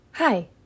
Hi